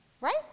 Right